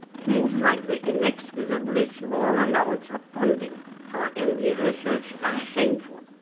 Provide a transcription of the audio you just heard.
things like the inexcusably small amounts of funding for me research are shameful.